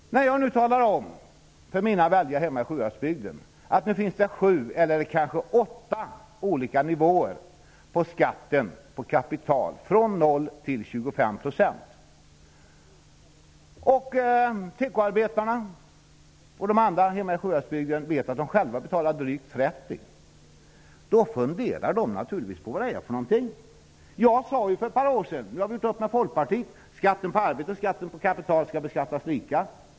När jag nu talar om för mina väljare hemma i Sjuhäradsbygden att det finns sju eller kanske åtta olika nivåer för skatten på kapital, från 0 % till 25 %, funderar de naturligtvis på vad det är fråga om. Tekoarbetarna och de andra hemma i Sjuhäradsbygden vet att de själva betalar drygt 30 %. Jag sade ju för ett par år sedan, när vi hade gjort upp med Folkpartiet, att skatten på arbete och skatten på kapital skulle vara lika.